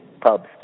pubs